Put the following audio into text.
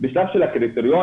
בשלב של הקריטריונים,